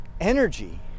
energy